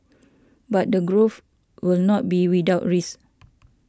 but the growth will not be without risk